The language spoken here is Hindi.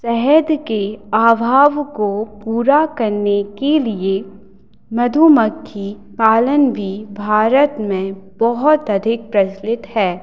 शहद के अभाव को पूरा करने के लिए मधुमक्खी पालन भी भारत में बहुत अधिक प्रचलित है